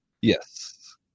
Yes